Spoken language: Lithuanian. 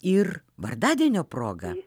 ir vardadienio proga